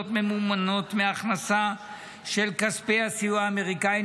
ממומנות מההכנסה של כספי הסיוע האמריקאי,